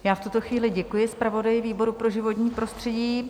V tuto chvíli děkuji zpravodaji výboru pro životní prostředí.